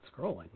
scrolling